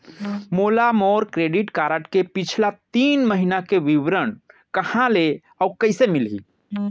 मोला मोर credit card के पिछला तीन महीना के विवरण कहाँ ले अऊ कइसे मिलही?